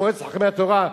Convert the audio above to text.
של מועצת חכמי התורה,